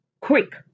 quick